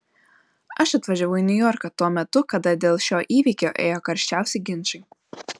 aš atvažiavau į niujorką tuo metu kada dėl šio įvykio ėjo karščiausi ginčai